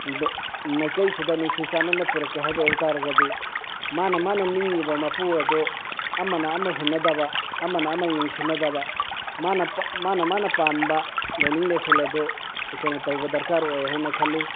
ꯃꯥꯏꯀꯩꯁꯤꯗ ꯅꯨꯡꯁꯤ ꯆꯥꯟꯅꯅ ꯄꯨꯔꯛꯀꯦ ꯍꯥꯏꯕ ꯑꯣꯏꯕ ꯇꯥꯔꯒꯗꯤ ꯃꯥꯅ ꯃꯥꯅ ꯅꯤꯡꯉꯤꯕ ꯃꯄꯨ ꯑꯗꯨ ꯑꯃꯅ ꯑꯃ ꯍꯨꯟꯅꯗꯕ ꯑꯃꯅ ꯑꯃ ꯌꯦꯡꯁꯤꯟꯅꯗꯕ ꯃꯥꯅ ꯃꯥꯅ ꯃꯥꯅ ꯄꯥꯝꯕ ꯂꯥꯏꯅꯤꯡ ꯂꯥꯏꯁꯣꯟ ꯑꯗꯣ ꯑꯩꯈꯣꯏꯅ ꯇꯧꯕ ꯗꯔꯀꯥꯔ ꯑꯣꯏ ꯍꯥꯏꯅ ꯈꯜꯂꯤ